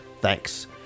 Thanks